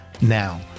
Now